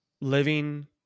living